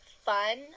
fun